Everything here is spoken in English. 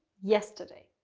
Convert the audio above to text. yesterday